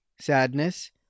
sadness